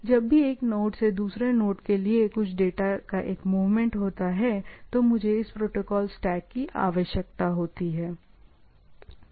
जब भी एक नोड से दूसरे नोड के लिए कुछ डेटा का एक मूवमेंट होता है तो मुझे इस प्रोटोकोल स्टैक की आवश्यकता होती है